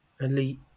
elite